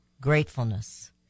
gratefulness